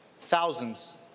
thousands